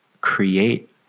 create